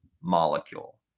molecule